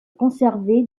conservé